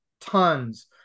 tons